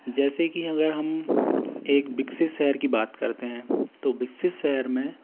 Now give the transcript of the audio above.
जैसे कि अगर हम एक विकसित शहर की बात करते हैं तो विकसित शहर में